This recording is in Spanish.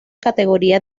categoría